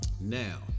Now